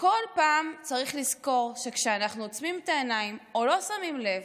בכל פעם צריך לזכור שכשאנחנו עוצמים את העיניים או לא שמים לב,